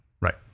right